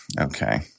Okay